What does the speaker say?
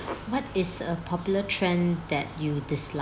what is a popular trend that you dislike